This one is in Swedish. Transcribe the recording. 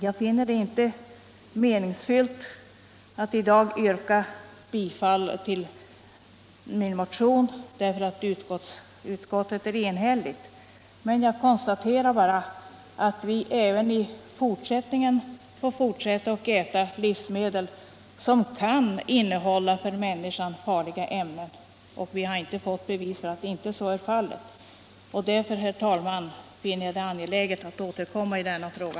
Jag finner det inte meningsfullt att i dag yrka bifall till min motion, eftersom utskottet är enigt, men jag konstaterar bara att vi även i fortsättningen får äta livsmedel som kan innehålla för människan farliga ämnen. Vi har inte fått bevis för att så inte blir fallet. Därför, herr talman, finner jag det angeläget att senare återkomma i denna fråga.